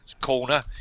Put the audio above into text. corner